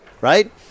right